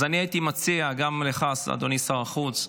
אז אני הייתי מציע, גם לך, אדוני שר החוץ,